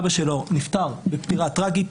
אבא שלו נפטר בפטירה טרגית,